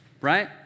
right